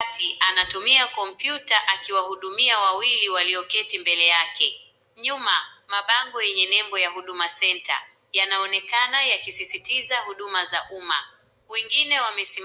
Anatumia kompyuta akiwahudumia wawili walioketi mbele yake. Nyuma mabango yenye nembo ya huduma Center yanaonekana yakisisitiza huduma za umma. Wengine wamesimama.